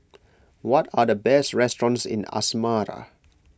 what are the best restaurants in Asmara